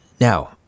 Now—